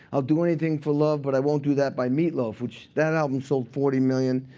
i'll do anything for love, but i won't do that by meatloaf, which that album sold forty million.